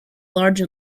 large